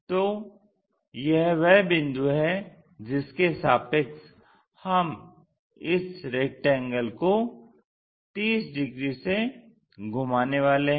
तो यह वह बिंदु है जिसके सापेक्ष हम इस रेक्टेंगल को 30 डिग्री से घुमाने वाले हैं